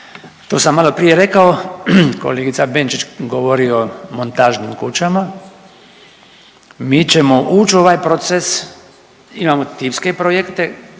To sam maloprije rekao, kolegica Benčić govori o montažnim kućama. Mi ćemo ući u ovaj proces, imamo tipske projekte